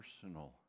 personal